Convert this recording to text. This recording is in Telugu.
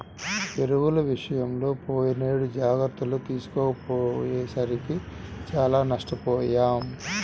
ఎరువుల విషయంలో పోయినేడు జాగర్తలు తీసుకోకపోయేసరికి చానా నష్టపొయ్యాం